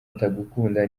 atagukunda